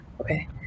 okay